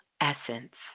essence